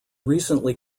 recently